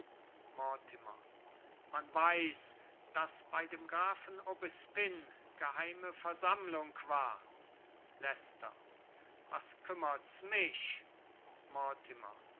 man weiß daß bei dem grafen aubespine geheime versammlung war leicester was kümmert's mich